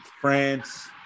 France